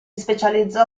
specializzò